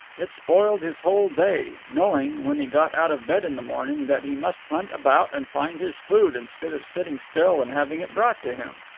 it spoiled his whole day, knowing, when he got out of bed in the morning, that he must hunt about and find his food instead of sitting still and having it brought to him.